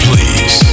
Please